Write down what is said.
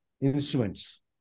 instruments